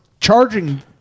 charging